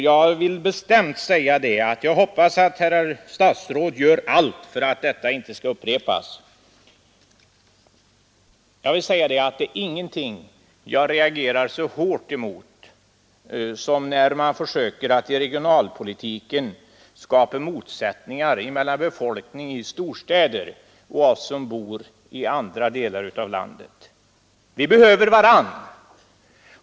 Jag vill bestämt säga att jag hoppas att herrar statsråd gör allt för att den korta tidsperioden inte skall upprepas vid vårriksdagen. Det finns ingenting som jag reagerar så hårt emot som när man i regionalpolitiken försöker skapa motsättningar mellan befolkningen i storstäder och oss som bor i andra delar av landet. Vi behöver varandra.